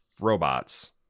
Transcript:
robots